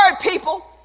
people